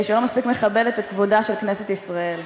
שלא מספיק מכבדת את כבודה של כנסת ישראל.